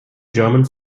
german